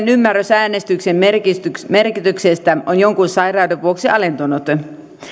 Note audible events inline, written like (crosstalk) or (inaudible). (unintelligible) ymmärrys äänestyksen merkityksestä merkityksestä on jonkun sairauden vuoksi alentunut